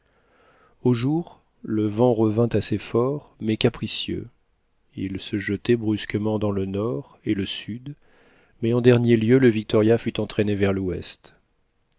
au jour le vent revint assez fort mais capricieux il se jetait brusquement dans le nord et le sud mais en dernier lieu le victoria fut entraîné vers l'ouest